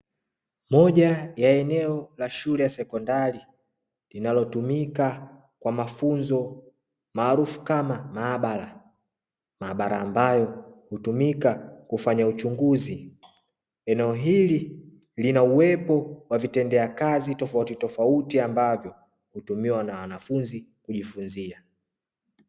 Moja ya eneo la shule ya sekondari, linalotumika kwa mafunzo maarufu kama maabara, maabara ambayo hutumika kufanya uchunguzi. Eneo hili lina uwepo wa vitendea kazi tofautitofauti ambavyo hutumiwa na wanafunzi kujifunzia.